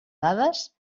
dades